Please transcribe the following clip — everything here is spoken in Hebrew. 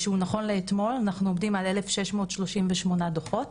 נכון לאתמול אנחנו עומדים על 1,638 דוחות